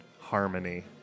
harmony